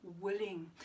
willing